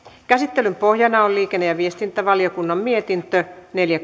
käsittelyn pohjana on liikenne ja viestintävaliokunnan mietintö neljä